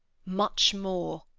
much more.